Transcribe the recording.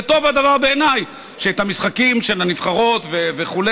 וטוב הדבר בעיניי שהמשחקים של הנבחרות וכו',